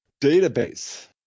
database